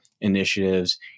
initiatives